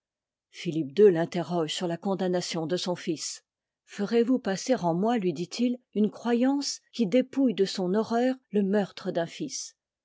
philippe ii l'interroge sur la condamnation de son fils ferez-vous passer en moi lui dit-il une croyance qui dépouille de son horreur le meurtre d'un os